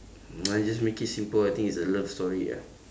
mm I just make it simple I think it's a love story ah